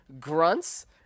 grunts